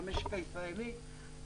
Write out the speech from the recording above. למשק הישראלי,